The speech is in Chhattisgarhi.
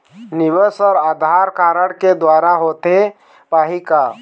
निवेश हर आधार कारड के द्वारा होथे पाही का?